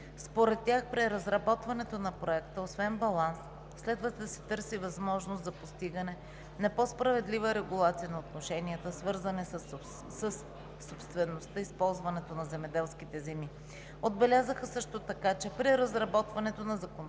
Според тях при разработването на Проекта освен баланс следва да се търси възможност за постигане на по справедлива регулация на отношенията, свързани със собствеността и с ползването на земеделските земи. Също така отбелязаха, че при разработването на Законопроекта